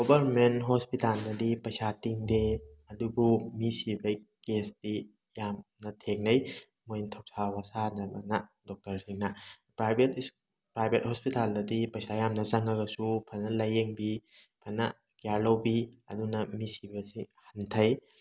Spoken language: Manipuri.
ꯒꯣꯕꯔꯃꯦꯟ ꯍꯣꯁꯄꯤꯇꯥꯜꯗꯗꯤ ꯄꯩꯁꯥ ꯇꯤꯡꯗꯦ ꯑꯗꯨꯕꯨ ꯃꯤ ꯁꯤꯕꯩ ꯀꯦꯁꯇꯤ ꯌꯥꯝꯅ ꯊꯦꯡꯅꯩ ꯃꯣꯏꯅ ꯊꯧꯁꯥ ꯋꯥꯁꯥꯗꯗꯅ ꯗꯣꯛꯇꯔꯁꯤꯡꯅ ꯄ꯭ꯔꯥꯏꯚꯦꯠ ꯄ꯭ꯔꯥꯏꯚꯦꯠ ꯍꯣꯁꯄꯤꯇꯥꯜꯗꯗꯤ ꯄꯩꯁꯥ ꯌꯥꯝꯅ ꯆꯪꯉꯒꯁꯨ ꯐꯖꯅ ꯂꯥꯏꯌꯦꯡꯕꯤ ꯐꯅ ꯀꯤꯌꯥꯔ ꯂꯧꯕꯤ ꯑꯗꯨꯅ ꯃꯤ ꯁꯤꯕꯁꯤ ꯍꯟꯊꯩ